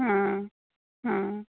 हाँ हाँ